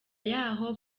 yaho